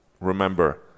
remember